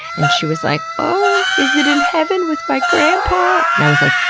and she was like, oh, is it in heaven with my grandpa? and i was like,